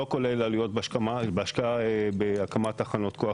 לא כולל עלויות בהשקעה בהקמת תחנות כוח